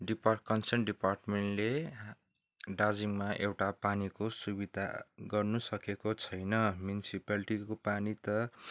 depart कर्सन डिपार्टमेन्टले दार्जिलिङमा एउटा पानीको सुविधा गर्नु सकेको छैन म्युनिसिपालिटी पानी